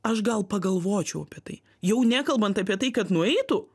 aš gal pagalvočiau apie tai jau nekalbant apie tai kad nueitų